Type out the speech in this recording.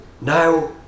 now